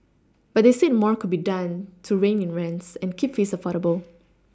but they said more could be done to rein in rents and keep fees affordable